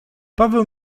paweł